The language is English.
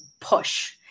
push